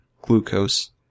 glucose